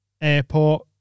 airport